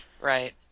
Right